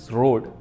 road